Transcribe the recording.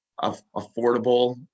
affordable